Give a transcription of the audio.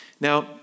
Now